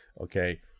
okay